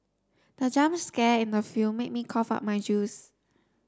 the jump scare in the film made me cough out my juice